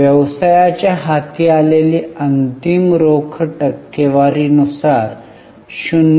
व्यवसायाच्या हाती आलेली अंतिम रोख टक्केवारी नुसार 0